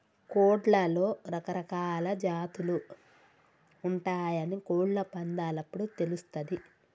కోడ్లలో రకరకాలా జాతులు ఉంటయాని కోళ్ళ పందేలప్పుడు తెలుస్తది